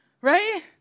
Right